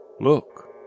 Look